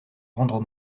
rendre